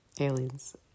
aliens